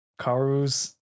Karu's